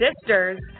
Sisters